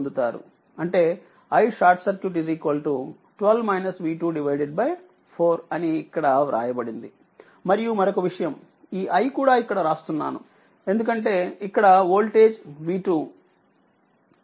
అంటే iSC 4 అనిఇక్కడ వ్రాయబడింది మరియు మరొక విషయం ఈ i కూడా ఇక్కడ రాస్తున్నాను ఎందుకంటే ఇక్కడవోల్టేజ్ V2